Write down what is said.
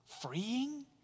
freeing